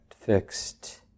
fixed